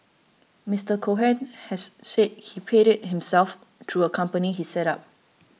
Mister Cohen has said he paid it himself through a company he set up